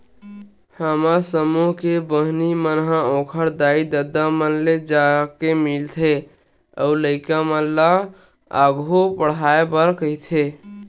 हमर समूह के बहिनी मन ह ओखर दाई ददा मन ले जाके मिलथे अउ लइका मन ल आघु पड़हाय बर कहिथे